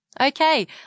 Okay